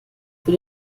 für